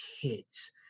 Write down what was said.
kids